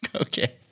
okay